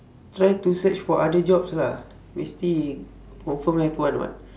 try to search for other jobs lah mesti confirm have one [what]